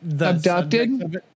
abducted